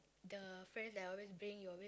the friends that I always bring you always